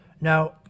Now